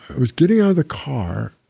was getting out of the car.